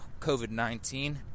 COVID-19